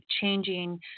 changing